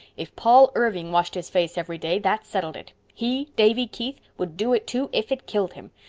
if paul irving washed his face every day, that settled it. he, davy keith, would do it too, if it killed him.